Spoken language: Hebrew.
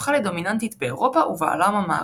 הפכה לדומיננטית באירופה ובעולם המערבי.